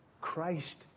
Christ